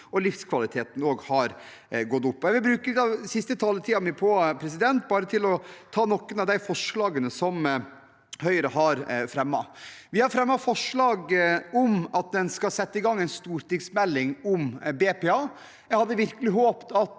at livskvaliteten også har gått opp. Jeg vil bruke den siste taletiden min på å ta for meg noen av de forslagene som Høyre har fremmet. Vi har fremmet forslag om at en skal sette i gang en stortingsmelding om BPA. Jeg hadde virkelig håpet at